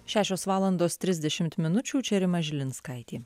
šešios valandos trisdešimt minučių čia rima žilinskaitė